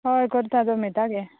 हय करता जमयता गे